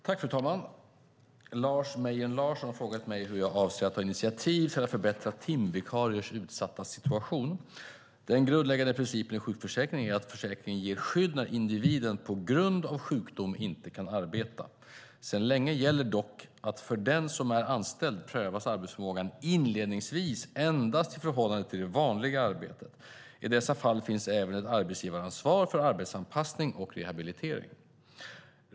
Fru talman! Lars Mejern Larsson har frågat mig hur jag avser att ta initiativ för att förbättra timvikariers utsatta situation. Den grundläggande principen i sjukförsäkringen är att försäkringen ger skydd när individen på grund av sjukdom inte kan arbeta. Sedan länge gäller dock att för den som är anställd prövas arbetsförmågan inledningsvis endast i förhållande till det vanliga arbetet. I dessa fall finns även ett arbetsgivaransvar för arbetsanpassning och rehabilitering.